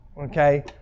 Okay